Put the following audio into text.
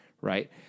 right